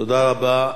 תודה רבה.